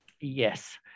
Yes